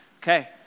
Okay